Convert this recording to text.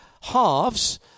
halves